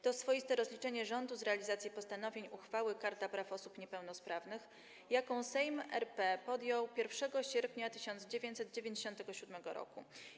To swoiste rozliczenie rządu z realizacji postanowień uchwały Karta Praw Osób Niepełnosprawnych, jaką Sejm RP podjął 1 sierpnia 1997 r.